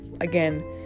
again